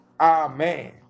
Amen